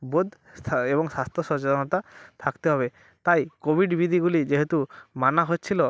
বোধ এবং স্বাস্থ্য সচেতনতা থাকতে হবে তাই কোভিড বিধিগুলি যেহেতু মানা হচ্ছিল